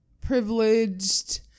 privileged